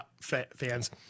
fans